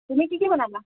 তুমি কি কি বনালা